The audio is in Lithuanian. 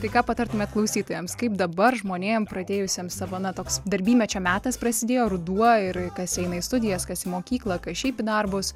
tai ką patartumėt klausytojams kaip dabar žmonėm pradėjusiems savo na toks darbymečio metas prasidėjo ruduo ir kas eina į studijas kas į mokyklą kas šiaip į darbus